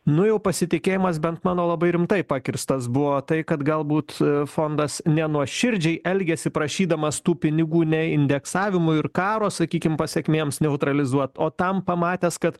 nu jau pasitikėjimas bent mano labai rimtai pakirstas buvo tai kad galbūt fondas nenuoširdžiai elgiasi prašydamas tų pinigų ne indeksavimui ir karo sakykim pasėkmėms neutralizuot o tam pamatęs kad